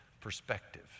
perspective